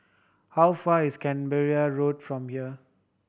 how far is Canberra Road from here